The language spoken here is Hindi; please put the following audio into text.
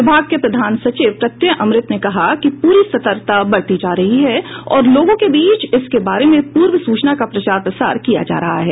विभाग के प्रधान सचिव प्रत्यय अमृत ने कहा कि प्री सतर्कता बरती जा रही है और लोगों के बीच इसके बारे में पूर्व सूचना का प्रचार प्रसार किया जा रहा है